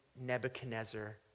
Nebuchadnezzar